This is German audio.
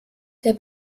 der